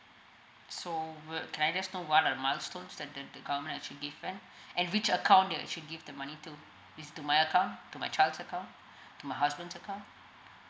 so wha~ can I just know what are the milestones that the the government actually give at and which account that they actually give the money to it's to my account to my child's account to my husband's account